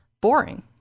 boring